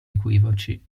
equivoci